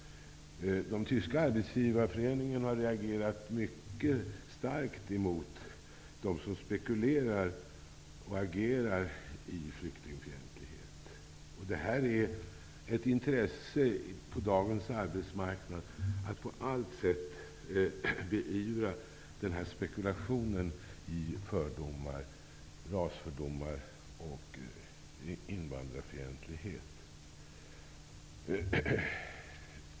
De tyska arbetsgivarföreningarna har reagerat mycket starkt emot dem som spekulerar i flyktingfientlighet och agerar härför. Det är av intresse på dagens arbetsmarknad att på allt sätt beivra den här spekulationen i rasfördomar och invandrarfientlighet.